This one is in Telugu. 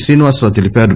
శ్రీనివాసరావు తెలిపారు